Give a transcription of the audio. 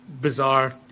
Bizarre